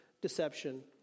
deception